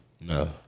No